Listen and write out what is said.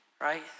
Right